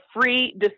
free